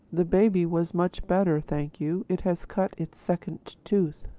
the baby was much better, thank you it has cut its second tooth.